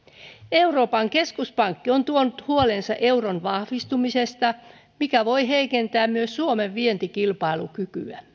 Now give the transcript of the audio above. euroopan keskuspankki on tuonut huolensa euron vahvistumisesta mikä voi heikentää myös suomen vientikilpailukykyä